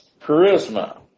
charisma